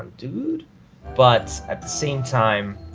dude but at the same time,